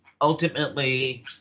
ultimately